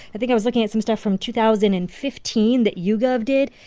i think i was looking at some stuff from two thousand and fifteen that yougov did.